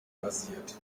basiert